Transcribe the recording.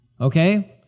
okay